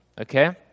Okay